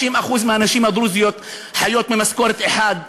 60% מהנשים הדרוזיות חיות ממשכורת אחת.